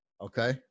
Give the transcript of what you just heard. Okay